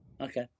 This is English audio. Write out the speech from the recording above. Okay